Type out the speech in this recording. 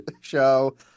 show